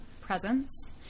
presence